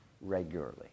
regularly